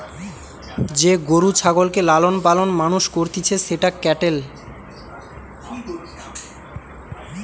যে গরু ছাগলকে লালন পালন মানুষ করতিছে সেটা ক্যাটেল